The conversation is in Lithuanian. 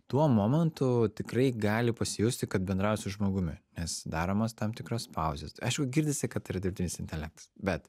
tuo momentu tikrai gali pasijusti kad bendrauji su žmogumi nes daromos tam tikros pauzės aišku girdisi kad yra dirbtinis intelektas bet